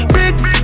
Bricks